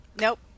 Nope